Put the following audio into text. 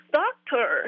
doctor